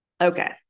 Okay